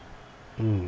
mm